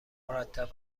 مرتب